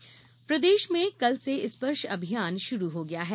स्पर्श अभियान प्रदेश में कल से स्पर्श अभियान शुरू हो गया है